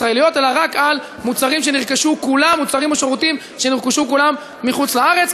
אלא רק על מוצרים או שירותים שנרכשו כולם מחוץ-לארץ,